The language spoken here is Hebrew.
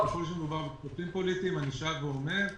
ככל שמדובר בכספים פוליטיים אני שב ואומר,